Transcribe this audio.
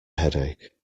headache